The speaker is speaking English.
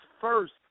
first